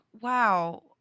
wow